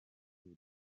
buri